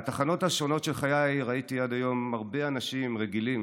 בתחנות השונות של חיי ראיתי עד היום הרבה אנשים "רגילים",